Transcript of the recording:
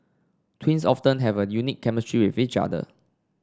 twins often have a unique chemistry with each other